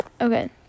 Okay